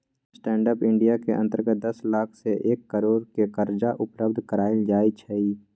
stand up India के अंतर्गत दस लाख से एक करोड़ के करजा उपलब्ध करायल जाइ छइ